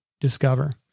discover